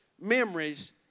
memories